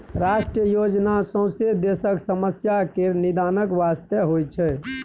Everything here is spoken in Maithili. राष्ट्रीय योजना सौंसे देशक समस्या केर निदानक बास्ते होइ छै